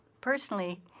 personally